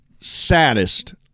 saddest